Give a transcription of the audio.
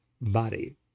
body